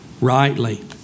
rightly